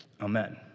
Amen